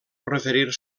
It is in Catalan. referir